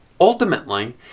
Ultimately